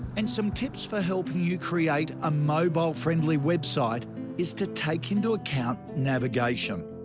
and some tips for helping you create a mobile friendly website is to take into account, navigation.